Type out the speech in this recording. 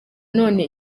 none